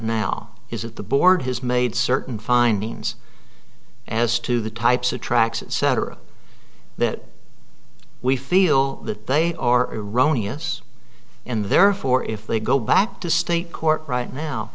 now is that the board has made certain findings as to the types of tracks cetera that we feel that they are iranians and therefore if they go back to state court right now